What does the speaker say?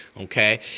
okay